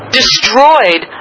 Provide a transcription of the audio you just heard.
destroyed